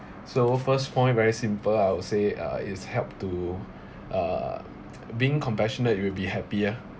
so first point very simple I would say uh is help to uh being compassionate you will be happier